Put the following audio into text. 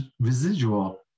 residual